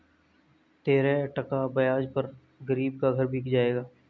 तेरह टका ब्याज पर गरीब का घर बिक जाएगा